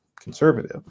conservative